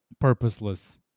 purposeless